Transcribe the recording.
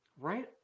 right